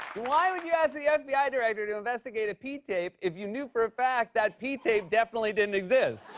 why would you ask the yeah fbi director to investigate a pee tape if you knew for a fact that pee tape definitely didn't exist?